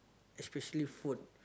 especially food